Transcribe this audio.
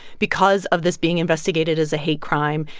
because of this being investigated as a hate crime.